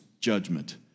judgment